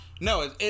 No